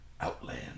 Outland